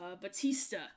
Batista